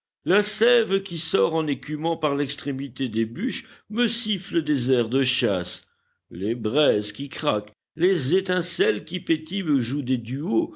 la sève qui sort en écumant par l'extrémité des bûches me siffle des airs de chasse les braises qui craquent les étincelles qui pétillent me jouent des duos